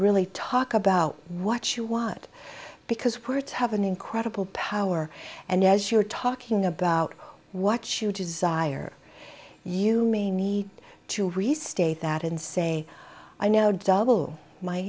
really talk about what you want because parts have an incredible power and as you're talking about what you desire you may need to restate that and say i know double my